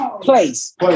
place